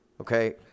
Okay